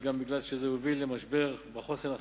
אלא גם כי זה יוביל למשבר בחוסן החברתי,